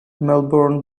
melbourne